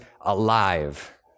alive